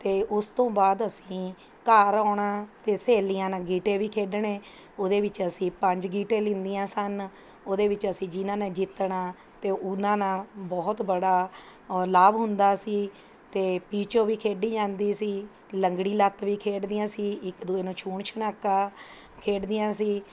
ਅਤੇ ਉਸ ਤੋਂ ਬਾਅਦ ਅਸੀਂ ਘਰ ਆਉਣਾ ਅਤੇ ਸਹੇਲੀਆਂ ਨਾਲ਼ ਗੀਟੇ ਵੀ ਖੇਡਣੇ ਉਹਦੇ ਵਿੱਚ ਅਸੀਂ ਪੰਜ ਗੀਟੇ ਲੈਂਦੀਆਂ ਸਨ ਉਹਦੇ ਵਿੱਚ ਅਸੀਂ ਜਿਨ੍ਹਾਂ ਨੇ ਜਿੱਤਣਾ ਅਤੇ ਉਹਨਾਂ ਨਾਲ਼ ਬਹੁਤ ਬੜਾ ਓ ਲਾਭ ਹੁੰਦਾ ਸੀ ਅਤੇ ਪੀਚੋ ਵੀ ਖੇਡੀ ਜਾਂਦੀ ਸੀ ਲੰਗੜੀ ਲੱਤ ਵੀ ਖੇਡਦੀਆਂ ਸੀ ਇੱਕ ਦੂਏ ਨੂੰ ਛੂਹਣ ਛਣਾਕਾ ਖੇਡਦੀਆਂ ਸੀ